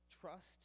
trust